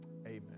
Amen